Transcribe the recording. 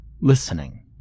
listening